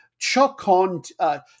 Chokon